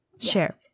Share